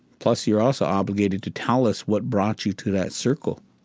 plus, you're also obligated to tell us what brought you to that circle.